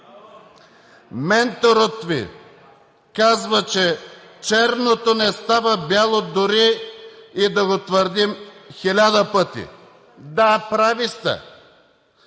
Менторът Ви казва, че черното не става бяло дори и да го твърдим хиляда пъти. Да, прави сте.